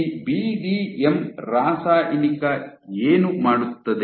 ಈ ಬಿಡಿಎಂ ರಾಸಾಯಿನಿಕ ಏನು ಮಾಡುತ್ತದೆ